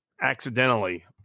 accidentally